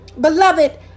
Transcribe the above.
Beloved